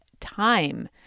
time